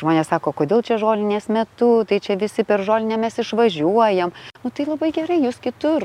žmonės sako kodėl čia žolinės metu tai čia visi per žolinę mes išvažiuojam nu tai labai gerai jūs kitur